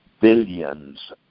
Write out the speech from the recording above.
billions